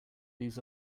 leaves